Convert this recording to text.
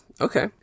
Okay